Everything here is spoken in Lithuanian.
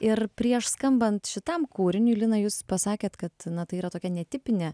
ir prieš skambant šitam kūriniui lina jūs pasakėt kad na tai yra tokia netipinė